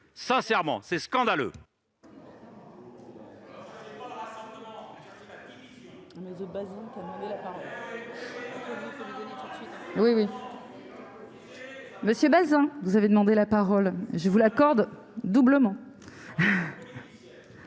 Sincèrement, c'est scandaleux